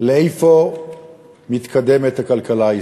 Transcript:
אי-אמון.